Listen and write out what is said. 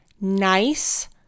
nice